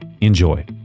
Enjoy